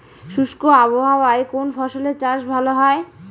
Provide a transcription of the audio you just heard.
শুষ্ক আবহাওয়ায় কোন ফসলের চাষ ভালো হয়?